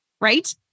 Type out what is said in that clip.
right